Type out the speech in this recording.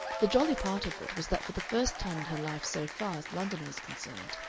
the jolly part of it was that for the first time in her life so far as london was concerned,